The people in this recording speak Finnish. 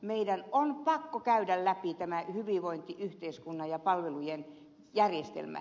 meidän on pakko käydä läpi hyvinvointiyhteiskunnan ja palvelujen järjestelmä